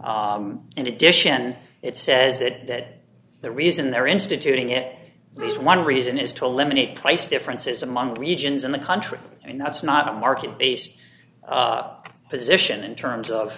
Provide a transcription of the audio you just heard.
in addition it says that the reason they're instituting it is one reason is to eliminate price differences among regions in the country and that's not a market based position in terms of